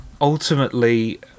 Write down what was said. ultimately